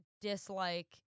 dislike